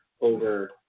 over